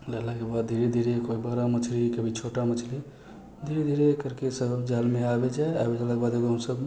जाल लगेलाके बाद धीरे धीरे कभी बड़ा मछली कभी छोटा मछली धीरे धीरे करके सभ जालमे आबि जाइ आबि गेलाके बाद एगो हमसभ